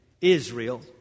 Israel